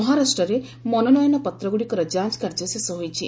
ମହାରାଷ୍ଟ୍ରରେ ମନୋନୟନ ପତ୍ରଗୁଡ଼ିକର ଯାଞ୍ଚକାର୍ଯ୍ୟ ଶେଷ ହୋଇଛି